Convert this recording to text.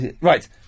right